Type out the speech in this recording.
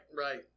right